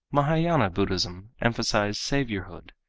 mahayana buddhism emphasized saviourhood.